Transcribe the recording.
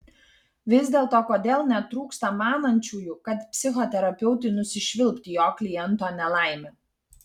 vis dėlto kodėl netrūksta manančiųjų kad psichoterapeutui nusišvilpti į jo kliento nelaimę